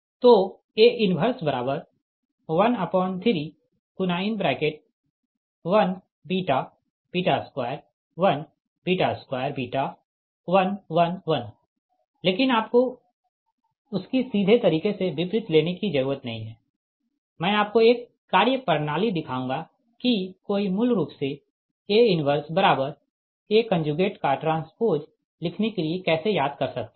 तो A 1131 2 1 2 1 1 1 लेकिन आपको उसकी सीधे तरीके से विपरीत लेने की जरुरत नही है मैं आपको एक कार्यप्रणाली दिखाऊंगा कि कोई मूल रूप से A 1AT लिखने के लिए कैसे याद कर सकता है